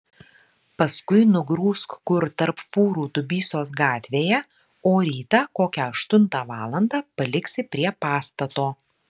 paskui nugrūsk kur tarp fūrų dubysos gatvėje o rytą kokią aštuntą valandą paliksi prie pastato